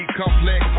complex